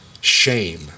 Shame